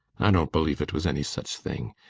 i don't believe it was any such thing.